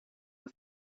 with